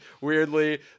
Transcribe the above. weirdly